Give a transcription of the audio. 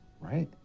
Right